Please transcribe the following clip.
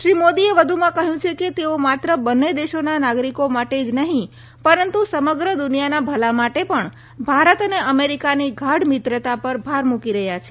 શ્રી મોદીએ વધુમાં કહ્યું છે કે તેઓ માત્ર બંને દેશોના નાગરિકો માટે જ નહ્રી પરંતુ સમગ્ર દુનિયાના ભલા માટે પણ ભારત અને અમેરિકાની ગાઢ મિત્રતા પર ભાર મુકી રહ્યા છે